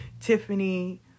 Tiffany